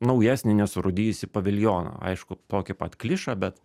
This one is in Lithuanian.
naujesnį nesurūdijusi paviljoną aišku tokį pat klišą bet